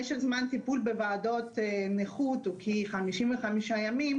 משך זמן טיפול בוועדות נכות כ-55 ימים,